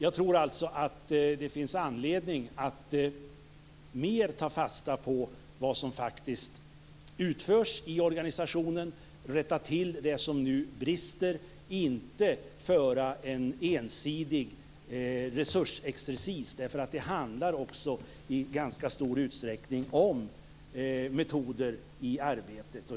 Jag tror alltså att det finns anledning att mer ta fasta på vad som faktiskt utförs i organisationen och rätta till det som nu brister och inte bara föra en ensidig resursexercis. Det handlar också i ganska stor utsträckning om metoder i arbetet.